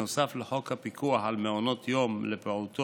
נוסף על חוק הפיקוח על מעונות יום לפעוטות,